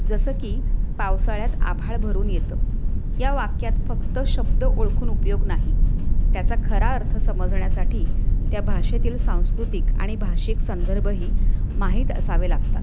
जसं की पावसाळ्यात आभाळ भरून येतं या वाक्यात फक्त शब्द ओळखून उपयोग नाही त्याचा खरा अर्थ समजण्यासाठी त्या भाषेतील सांस्कृतिक आणि भाषिक संदर्भही माहीत असावे लागतात